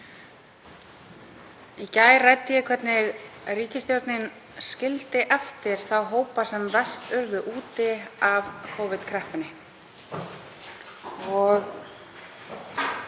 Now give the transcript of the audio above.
Í gær ræddi ég hvernig ríkisstjórnin skildi eftir þá hópa sem verst urðu úti í Covid-kreppunni